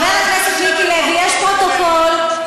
יש פרוטוקול,